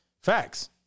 Facts